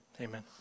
Amen